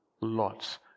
lots